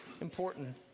important